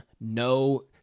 no